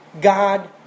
God